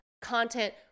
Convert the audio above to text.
content